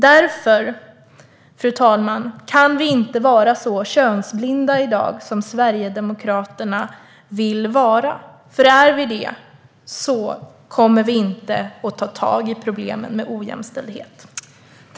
Därför, fru talman, kan vi inte vara så könsblinda i dag som Sverigedemokraterna vill vara. Är vi det kommer vi inte att ta tag i problemen med ojämställdhet.